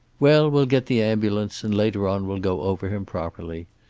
well, we'll get the ambulance, and later on we'll go over him properly.